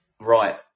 right